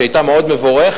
שהיתה מאוד מבורכת,